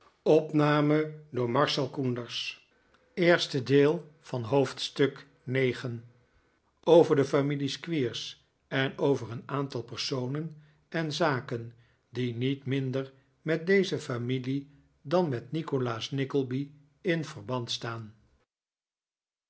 over de familie squeers en over een aantal personen en zaken die niet minder met deze familie dan met nikolaas nickleby in verband staan